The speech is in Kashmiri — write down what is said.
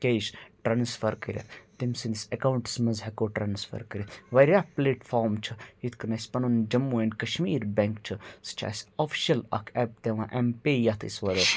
کیش ٹرانسفر کٔرِتھ تٔمۍ سٕنٛدِس ایٚکاونٹَس منٛز ہیٚکو ٹرانسفر کٔرِتھ واریاہ پٕلیٹ فارم چھُ یِتھ کٔنۍ اَسہِ پَنُن جموں اینٛڈ کَشمیٖر بٮ۪نٛک چھُ سُہ چھُ اَسہِ آفِشَل اَکھ ایپ دِوان ایم پے یَتھ أسۍ وَرٲے